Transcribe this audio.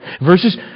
Verses